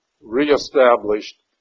reestablished